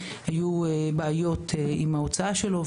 היו בעיות עם ההוצאה שלו,